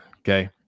Okay